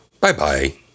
Bye-bye